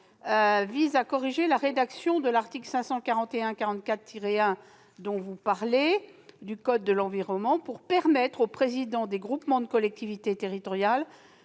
corrige la rédaction de l'article L. 541-44-1 du code de l'environnement pour permettre au président d'un groupement de collectivités territoriales